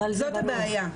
זאת הבעיה.